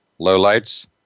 lowlights